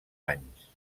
anys